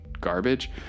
garbage